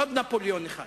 עוד נפוליאון אחד.